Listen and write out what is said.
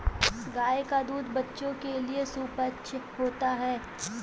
गाय का दूध बच्चों के लिए सुपाच्य होता है